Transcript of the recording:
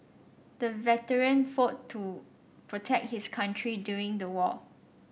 the veteran fought to protect his country during the war